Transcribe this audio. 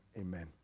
amen